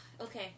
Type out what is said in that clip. Okay